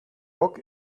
rock